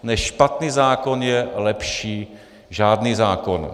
Než špatný zákon je lepší žádný zákon.